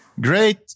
Great